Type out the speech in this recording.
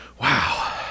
wow